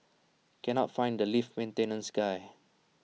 cannot find the lift maintenance guy